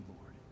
Lord